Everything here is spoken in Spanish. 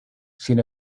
sin